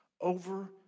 over